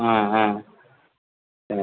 ஆ ஆ ஆ